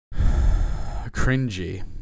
cringy